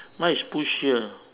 mine is push here